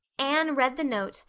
anne read the note,